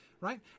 right